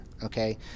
Okay